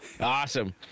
Awesome